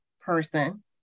person